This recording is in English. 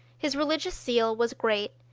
his religious zeal was great,